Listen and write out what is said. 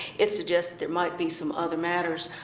it suggests there might be some other matters.